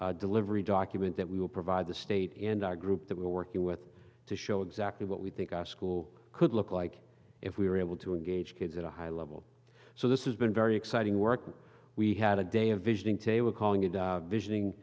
matic delivery document that we will provide the state and our group that we're working with to show exactly what we think our school could look like if we were able to engage kids at a high level so this is been very exciting work we had a day of visioning today we're calling it visioning